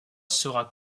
sera